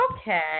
Okay